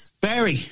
Barry